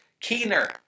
keener